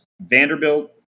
Vanderbilt